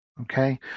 Okay